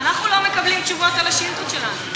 אנחנו לא מקבלים תשובות על השאילתות שלנו.